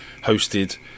hosted